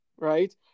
Right